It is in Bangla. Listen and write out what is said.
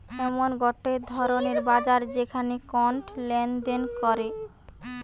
এমন গটে ধরণের বাজার যেখানে কন্ড লেনদেন করে